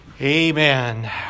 Amen